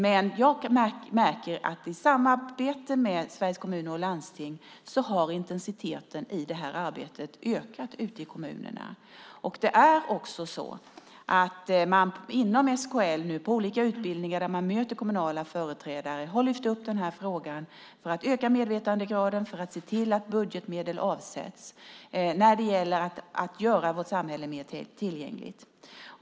Men jag märker att i samarbete med Sveriges Kommuner och Landsting har intensiteten i detta arbete ökat ute i kommunerna. Inom SKL har man också på olika utbildningar där man möter kommunala företrädare lyft fram denna fråga för att öka medvetandegraden och för att se till att budgetmedel avsätts när det gäller att göra vårt samhälle mer tillgängligt.